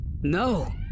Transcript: No